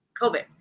COVID